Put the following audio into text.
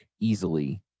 easily